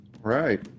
Right